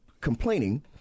complaining